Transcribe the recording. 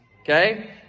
okay